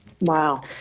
Wow